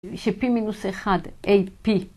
ש p מינוס אחד, ap.